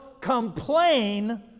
complain